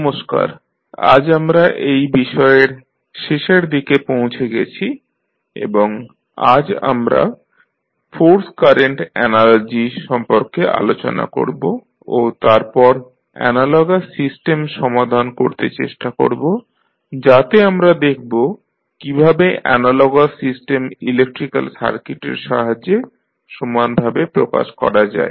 নমস্কার আজ আমরা এই বিষয়ের শেষের দিকে পৌঁছে গেছি এবং আজ আমরা ফোর্স কারেন্ট অ্যানালজি সম্পর্কে আলোচনা করব ও তারপর অ্যানালগাস সিস্টেম সমাধান করতে চেষ্টা করব যাতে আমরা দেখব কীভাবে অ্যানালগাস সিস্টেম ইলেক্ট্রিক্যাল সার্কিটের সাহায্যে সমানভাবে প্রকাশ করা যায়